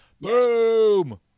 Boom